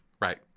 Right